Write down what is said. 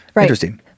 Interesting